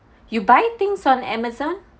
you buy things on Amazon